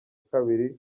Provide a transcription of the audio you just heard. kabiri